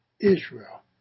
Israel